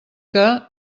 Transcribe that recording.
que